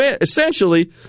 essentially